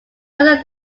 under